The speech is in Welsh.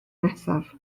nesaf